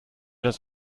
das